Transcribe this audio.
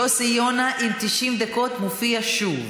יוסי יונה עם 90 דקות מופיע שוב.